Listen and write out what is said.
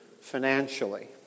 financially